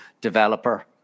developer